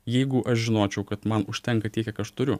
jeigu aš žinočiau kad man užtenka tiek kiek aš turiu